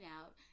out